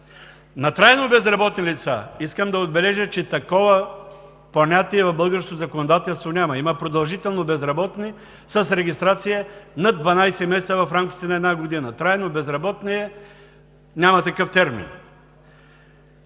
на трайно безработни лица – искам да отбележа, че такова понятие в българското законодателство няма. Има „продължително безработни“ с регистрация над 12 месеца в рамките на една година. „Трайно безработни“ – няма такъв термин.